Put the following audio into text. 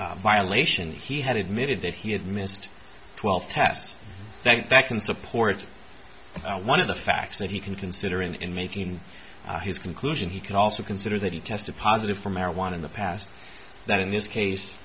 previous violation he had admitted that he had missed twelve tests think that can support one of the facts that he can consider and in making his conclusion he can also consider that he tested positive for marijuana in the past that in this case